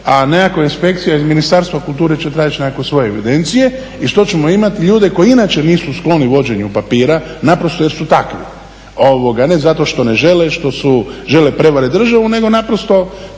a nekakva inspekcija iz Ministarstva kulture će tražiti nekakve svoje evidencije, i što ćemo imati ljude koji inače nisu skloni vođenju papira, naprosto jer su takvi. Ne zato što ne žele, što žele prevarit državu, nego naprosto